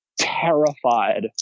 terrified